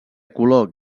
color